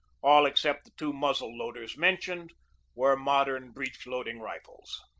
all except the two muzzle-loaders mentioned were modern breech-loading rifles.